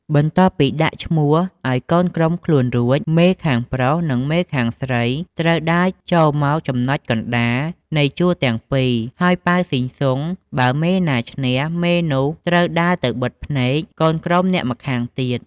បន្ទាប់ពីដាក់ឈ្មោះឲ្យកូនក្រុមខ្លួនរួច មេខាងប្រុងនិងមេខាងស្រីត្រូវដើរចូលមកចំណុចកណ្ដាលនៃជួរទាំងពីរ ហើយប៉ាវស៊ីស៊ុង បើមេណាឈ្នះ មេនោះត្រូវដើរទៅបិទភ្នែកកូនក្រុមអ្នកម្ខាងទៀត។